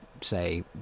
say